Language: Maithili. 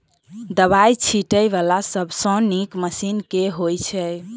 दवाई छीटै वला सबसँ नीक मशीन केँ होइ छै?